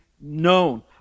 known